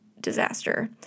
disaster